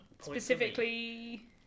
Specifically